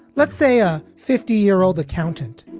let's say a fifty year old accountant,